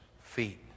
feet